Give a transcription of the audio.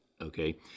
Okay